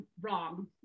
wrong